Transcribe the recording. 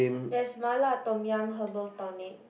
there's Mala Tom-yum Herbal tonic